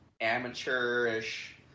amateurish